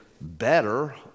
better